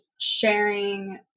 sharing